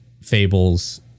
Fables